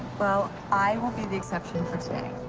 well, i will be the exception for today.